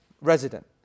resident